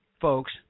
folks